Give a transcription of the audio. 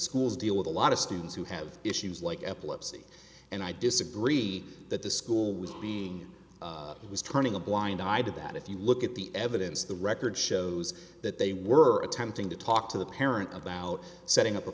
schools deal with a lot of students who have issues like epilepsy and i disagree that the school would be was turning a blind eye to that if you look at the evidence the record shows that they were attempting to talk to the parent of out setting up a